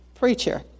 Preacher